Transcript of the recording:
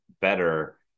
better